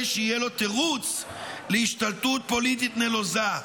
שיהיה לו תירוץ להשתלטות פוליטית נלוזה.